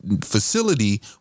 facility